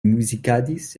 muzikadis